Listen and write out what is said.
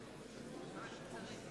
מצביע